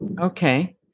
Okay